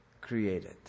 created